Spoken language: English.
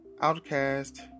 Outcast